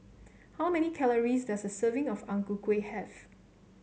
how many calories does a serving of Ang Ku Kueh have